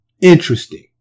interesting